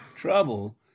trouble